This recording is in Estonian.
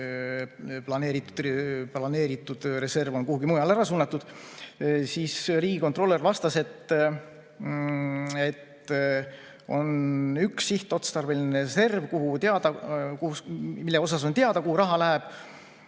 planeeritud reserv on kuhugi mujale ära suunatud? Riigikontrolör vastas, et on üks sihtotstarbeline reserv, mille kohta on teada, kuhu raha läheb.